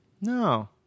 No